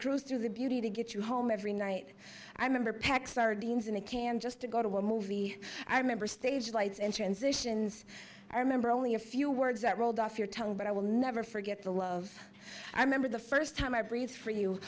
cruise through the beauty to get you home every night i remember peck sardines in a can just to go to war movie i remember stage lights and transitions i remember only a few words that rolled off your tongue but i will never forget the love i remember the first time i've read for you